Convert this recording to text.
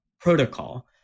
protocol